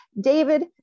David